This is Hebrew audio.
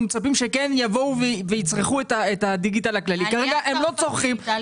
מצפים שיצרכו את הדיגיטל הכללי ולא צורכים כרגע,